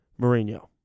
Mourinho